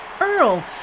earl